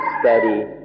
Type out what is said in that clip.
steady